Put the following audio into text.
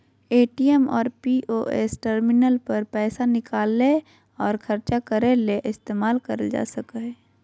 ATM और POS terminal पर पैसा निकालय और ख़र्चा करय ले इस्तेमाल कर सकय हइ